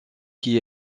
qui